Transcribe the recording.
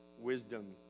wisdom